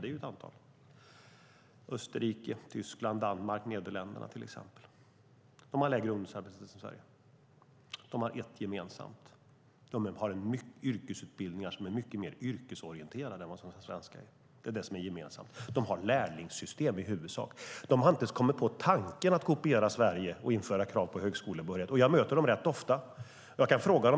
Det var bland annat Österrike, Tyskland, Danmark och Nederländerna. Dessa länder har en sak gemensamt: De har yrkesutbildningar som är mycket mer yrkesorienterade än de svenska. De har i huvudsak lärlingssystem. De har inte ens kommit på tanken att kopiera Sverige och införa krav på högskolebehörighet.